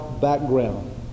background